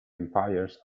empires